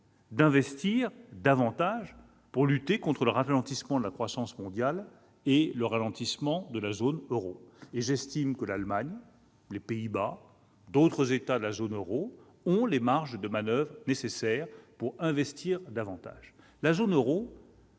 d'investir davantage pour lutter contre le ralentissement de la croissance mondiale et de la zone euro. J'estime que l'Allemagne, les Pays-Bas et d'autres États de la zone euro disposent des marges de manoeuvre nécessaires pour cela. La zone euro,